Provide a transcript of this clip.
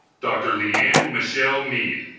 dr. leanne michelle mead